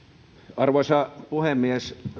arvoisa puhemies